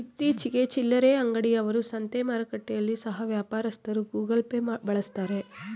ಇತ್ತೀಚಿಗೆ ಚಿಲ್ಲರೆ ಅಂಗಡಿ ಅವರು, ಸಂತೆ ಮಾರುಕಟ್ಟೆಯಲ್ಲಿ ಸಹ ವ್ಯಾಪಾರಸ್ಥರು ಗೂಗಲ್ ಪೇ ಬಳಸ್ತಾರೆ